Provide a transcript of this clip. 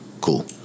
Cool